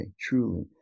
truly